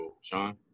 Sean